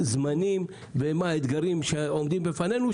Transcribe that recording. זמנים ומה האתגרים שעומדים בפנינו,